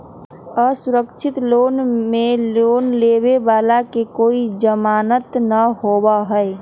असुरक्षित लोन में लोन लेवे वाला के कोई जमानत न होबा हई